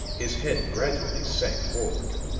his head gradually sank forward.